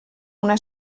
una